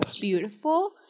beautiful